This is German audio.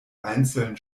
einzeln